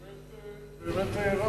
באמת הארכת.